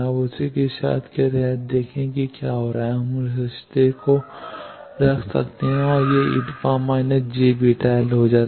अब उसी शर्त के तहत देखें कि क्या हो रहा है हम उस रिश्ते को रख सकते हैं और यह e− jβl हो जाता है